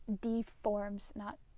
deforms—not